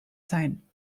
sein